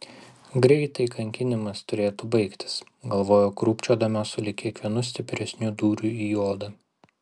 greitai kankinimas turėtų baigtis galvojo krūpčiodama sulig kiekvienu stipresniu dūriu į odą